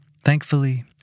Thankfully